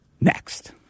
next